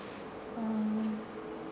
um